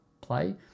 play